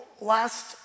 last